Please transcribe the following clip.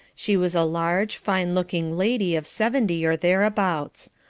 she was a large, fine looking lady of seventy or thereabouts.